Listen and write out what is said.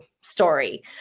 story